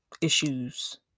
issues